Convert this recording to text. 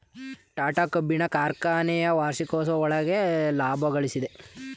ಟಾಟಾ ಕಬ್ಬಿಣದ ಕಾರ್ಖನೆಯು ವಾರ್ಷಿಕವಾಗಿ ಒಳ್ಳೆಯ ಲಾಭಗಳಿಸ್ತಿದೆ